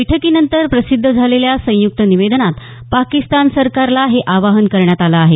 बैठकीनंतर प्रसिद्ध झालेल्या संयुक्त निवेदनात पाकिस्तान सरकारला हे आवाहन करण्यात आलं आहे